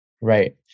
Right